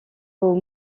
aux